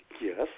Yes